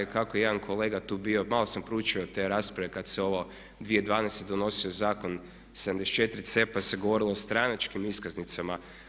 kako je jedan kolega tu bio, malo sam proučio te rasprave kada se ovo 2012. donosio zakon 74C pa se govorilo o stranačkim iskaznicama.